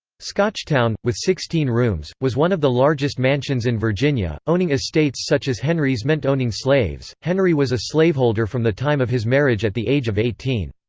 scotchtown, with sixteen rooms, was one of the largest mansions in virginia owning estates such as henry's meant owning slaves henry was a slaveholder from the time of his marriage at the age of eighteen.